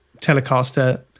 Telecaster